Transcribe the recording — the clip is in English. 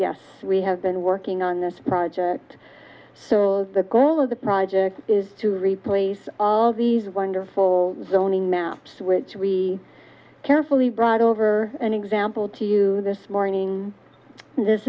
have been working on this project so the goal of the project is to replace all these wonderful zoning maps which we carefully brought over an example to you this morning